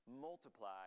multiply